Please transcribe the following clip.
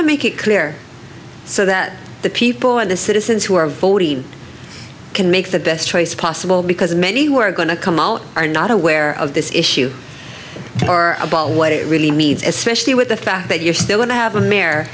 to make it clear so that the people of the citizens who are voting can make the best choice possible because many were going to come out are not aware of this issue or about what it really means especially with the fact that you're still